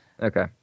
Okay